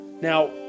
Now